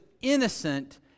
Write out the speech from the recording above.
innocent